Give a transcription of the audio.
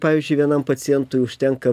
pavyzdžiui vienam pacientui užtenka